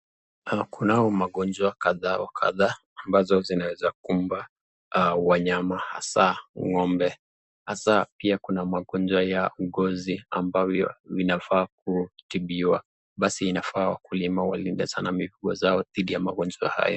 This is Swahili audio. kunao magonjwa kadhaa wa kadhaa ambazo zinaweza kumba wanyama hasa ng'ombe hasa pia kuna magonjwa ya ngozi ambayo inafa kutibiwa basi inafaa wakulima walinda sana mifugo zao dhidi ya magonjwa haya.